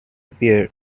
appear